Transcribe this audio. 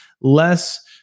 less